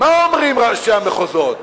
מה אומרים ראשי המחוזות?